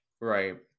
Right